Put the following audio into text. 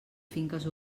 finques